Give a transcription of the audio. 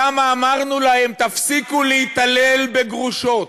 כמה אמרנו להם: תפסיקו להתעלל בגרושות.